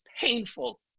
painful